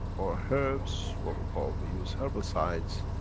or herbs, what we call, we use herbicides,